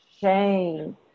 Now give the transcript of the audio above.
shame